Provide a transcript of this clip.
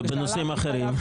ובנושאים אחרים?